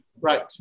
Right